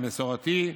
המסורתי.